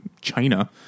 China